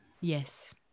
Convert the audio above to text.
yes